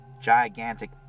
Gigantic